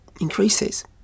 increases